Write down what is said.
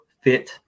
fit